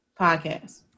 podcast